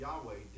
Yahweh